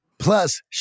Plus